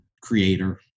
creator